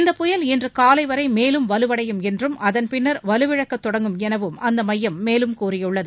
இந்த புயல் இன்று காலை வரை மேலும் வலுவடையும் என்றும் அதன் பின்னர் வலுவிழக்கத் தொடங்கும் எனவும் அந்த மையம் மேலும் கூறியுள்ளது